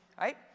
Right